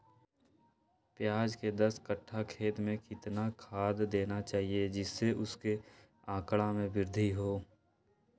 प्याज के दस कठ्ठा खेत में कितना खाद देना चाहिए जिससे उसके आंकड़ा में वृद्धि हो?